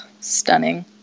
stunning